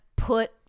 put